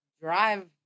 drive